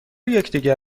یکدیگر